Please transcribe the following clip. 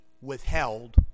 withheld